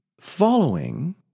following